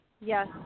Yes